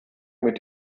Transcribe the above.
mit